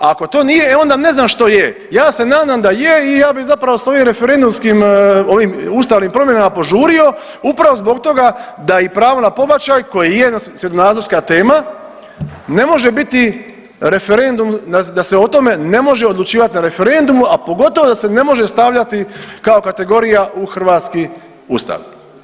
Ako to nije, onda ne znam što je, ja se nadam da se i ja bi zapravo s ovim referendumskim, ovim ustavnim promjenama požurio upravo zbog toga da i pravo na pobačaj koji je svjetonazorska tema ne može biti referendum da se o tome ne može odlučivati na referendumu, a pogotovo da se ne može stavljati kao kategorija u hrvatski Ustav.